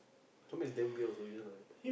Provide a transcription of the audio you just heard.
to me is damn weird also you know like